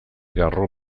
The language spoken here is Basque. garro